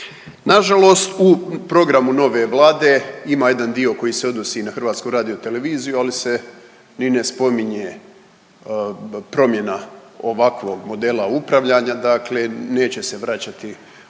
Nažalost u Programu nove Vlade ima jedan dio koji se odnosi i na HRT, ali se ni ne spominje promjena ovakvog modela upravljanja, dakle neće se vraćati očito